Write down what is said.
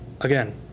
Again